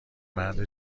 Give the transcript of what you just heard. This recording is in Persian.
مرد